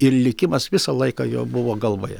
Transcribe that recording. ir likimas visą laiką jo buvo galvoje